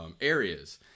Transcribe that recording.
areas